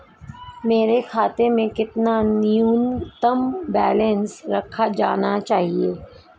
मेरे खाते में कितना न्यूनतम बैलेंस रखा जाना चाहिए?